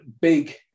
big